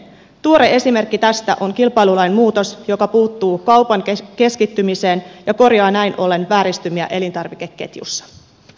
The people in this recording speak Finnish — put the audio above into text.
tuore esimerkki tästä on kilpailulain muutos joka puuttuu kaupan keskittymiseen ja korjaa näin ollen vääristymiä elintarvikeketjussa